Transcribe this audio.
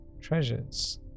Treasures